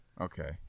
okay